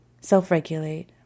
self-regulate